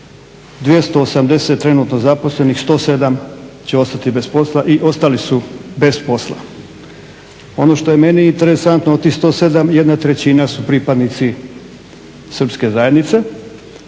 280 trenutno zaposlenih 107 će ostati bez posla i ostali su bez posla. Ono što je meni interesantno od tih 107 jedna trećina su pripadnici srpske zajednice.